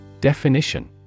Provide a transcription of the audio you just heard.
Definition